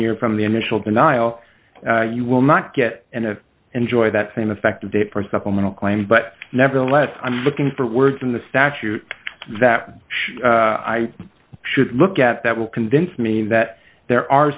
year from the initial denial you will not get and enjoy that same effective date for supplemental claim but nevertheless i'm looking for words in the statute that i should look at that will convince me that there are